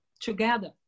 together